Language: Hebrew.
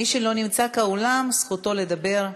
מי שלא נמצא באולם, זכותו לדבר פגה.